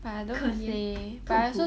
可怜痛苦